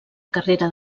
carrera